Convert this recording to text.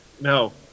no